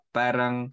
parang